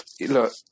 look